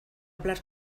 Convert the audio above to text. hablar